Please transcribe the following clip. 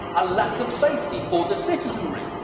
a lack of safety for the citizenry.